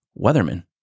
Weatherman